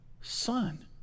son